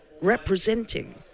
representing